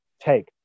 take